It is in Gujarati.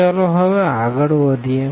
ચાલો હવે આગળ વધીએ